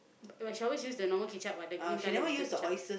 but she always use the normal ketchup what the green colour bottle ketchup